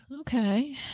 Okay